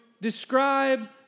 describe